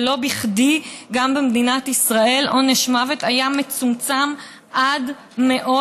ולא בכדי גם במדינת ישראל עונש מוות היה מצומצם עד מאוד.